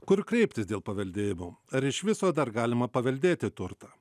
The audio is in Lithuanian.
kur kreiptis dėl paveldėjimo ar iš viso dar galima paveldėti turtą